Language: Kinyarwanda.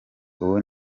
ubu